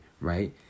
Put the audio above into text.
right